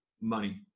money